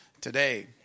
today